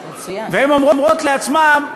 והן אומרות לעצמן: